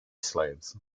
slaves